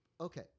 okay